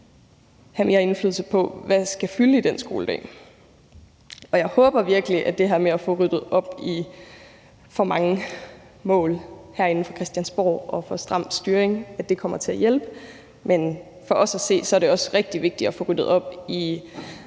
have mere indflydelse på, hvad der skal fylde i den skoledag. Og jeg håber virkelig, at det her med at få ryddet op i for mange mål og for stram styring herinde fra Christiansborg kommer til at hjælpe. Men for os at se er det også rigtig vigtigt at få ryddet op i